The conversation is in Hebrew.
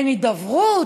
אין הידברות.